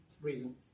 reason